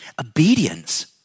Obedience